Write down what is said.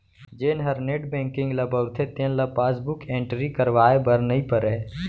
जेन हर net banking ल बउरथे तेन ल पासबुक एंटरी करवाए बर नइ परय